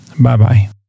Bye-bye